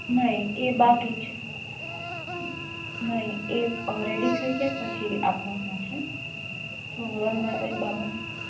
નહીં એ બાકી છે નહીં એ રેડી જાય પછી આપવાનો છે તો હવે મારે બાબા